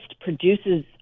produces